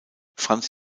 franz